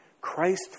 Christ